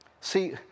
See